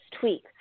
tweak